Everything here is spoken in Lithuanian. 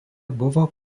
buvo